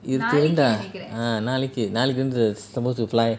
இருக்கும் தா:irukum tha ah நாளைக்கு நாளைக்கு வந்து:nalaiku nalaiku vanthu supposed to fly